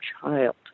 child